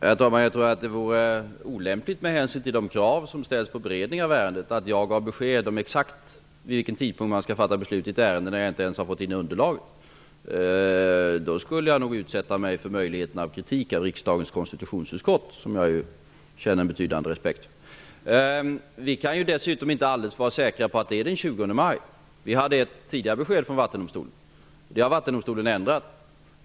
Herr talman! Jag tror att det vore olämpligt med hänsyn till de krav som ställs på beredningen av ärendet att jag gav besked om exakt vid vilken tidpunkt regeringen skall fatta beslut i ett ärende när jag inte ens har fått in underlaget. Då skulle jag nog utsätta mig för möjligheten att få kritik av riksdagens konstitutionsutskott, som jag ju känner en betydande respekt för. Vi kan dessutom inte vara alldeles säkra på att yttrandet kommer den 20 maj. Vi hade ett tidigare besked från Vattendomstolen, men det har Vattendomstolen ändrat.